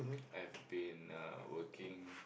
I've been uh working